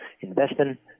investment